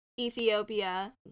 Ethiopia